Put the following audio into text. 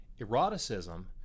Eroticism